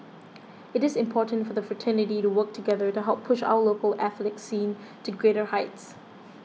it is important for the fraternity to work together to help push our local Athletics scene to greater heights